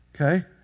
Okay